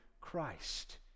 Christ